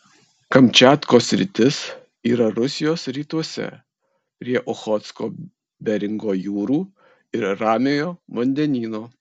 kamčiatkos sritis yra rusijos rytuose prie ochotsko beringo jūrų ir ramiojo vandenyno